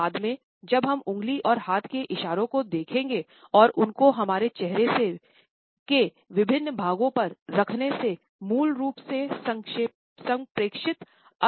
बाद में जब हम उंगली और हाथ के इशारों को देखेंगे और उनको हमारे चेहरे के विभिन्न भागों पर रखने से मूल रूप से संप्रेषित अर्थ में बदलाव होता है